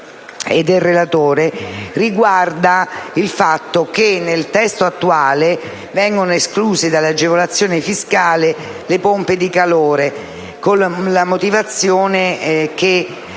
attenzione, riguarda il fatto che nel testo attuale vengono escluse dalle agevolazioni fiscali le pompe di calore, con la motivazione che